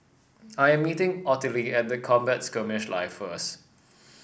I am meeting Ottilie at the Combat Skirmish Live first